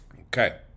Okay